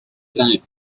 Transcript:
crime